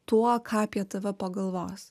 tuo ką apie tave pagalvos